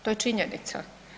To je činjenica.